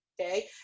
okay